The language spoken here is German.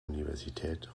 universität